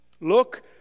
Look